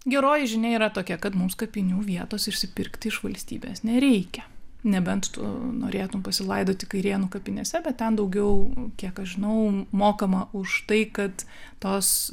geroji žinia yra tokia kad mums kapinių vietos išsipirkti iš valstybės nereikia nebent tu norėtum pasilaidoti kairėnų kapinėse bet ten daugiau kiek aš žinau mokama už tai kad tos